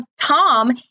Tom